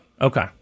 Okay